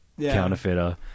counterfeiter